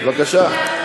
בבקשה.